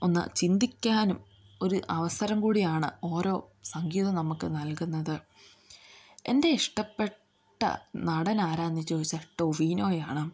ഒന്ന് ചിന്തിക്കാനും ഒരു അവസരം കൂടിയാണ് ഓരോ സംഗീതം നമുക്ക് നൽകുന്നത് എൻ്റെ ഇഷ്ടപ്പെട്ട നടൻ ആരാണെന്ന് ചോദിച്ചാൽ ടോവിനോയാണ്